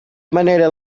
manera